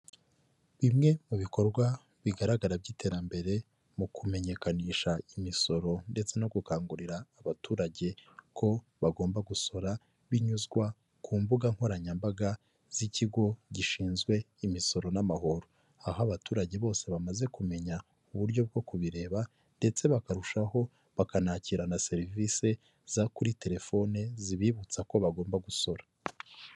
Bimwe mu bikorwa bigaragara by'iterambere mu kumenyekanisha imisoro ndetse no gukangurira abaturage ko bagomba gusora, binyuzwa ku mbuga nkoranyambaga z'ikigo gishinzwe imisoro n'amahoro. Aho abaturage bose bamaze kumenya uburyo bwo kubireba ndetse bakarushaho bakanakira na serivisi zo kuri telefoni, zibibutsa ko bagomba gusora.